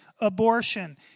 abortion